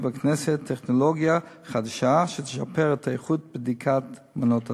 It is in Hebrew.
הכנסת טכנולוגיה חדשה שתשפר את איכות בדיקת מנות הדם.